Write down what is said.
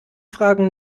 fragen